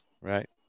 right